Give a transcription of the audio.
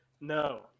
no